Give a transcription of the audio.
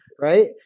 right